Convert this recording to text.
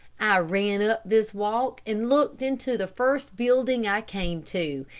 i ran up this walk, and looked into the first building i came to.